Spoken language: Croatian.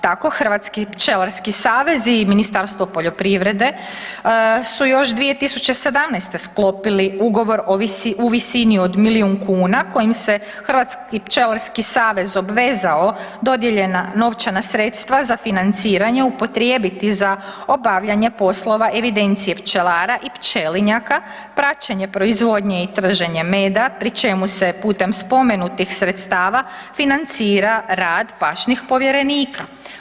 Tako Hrvatski pčelarski savez i Ministarstvo poljoprivrede su još 2017. sklopili ugovor u visini od milijun kuna kojim se Hrvatski pčelarski savez obvezao dodijeljena novčana sredstva za financiranje upotrijebiti za obavljanje poslova evidencije pčelara i pčelinjaka, praćenje proizvodnje i trženje meda pri čemu se pute spomenutih sredstava financira rad pašnih povjerenika.